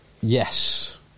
Yes